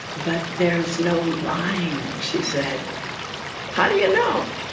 but there's no line she said how do you know?